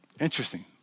Interesting